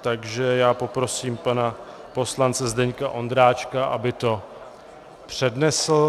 takže poprosím pana poslance Zdeňka Ondráčka, aby to přednesl.